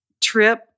trip